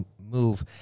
move